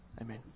Amen